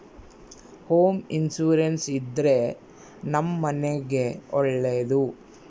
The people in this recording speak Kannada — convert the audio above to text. ಹೋಮ್ ಇನ್ಸೂರೆನ್ಸ್ ಇದ್ರೆ ನಮ್ ಮನೆಗ್ ಒಳ್ಳೇದು